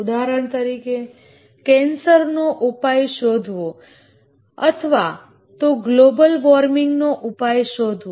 ઉદાહરણ તરીકે કેન્સર નો ઉપાય શોધવો અથવા તો ગ્લોબલ વોર્મિંગનો ઉપાય શોધવો